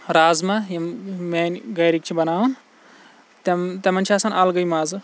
رازمہ یِم مِیانہِ گَرِکۍ چھِ بَناوان تِم تِمَن چھِ آسان اَلگٕے مَزٕ